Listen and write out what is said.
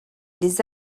les